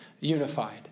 Unified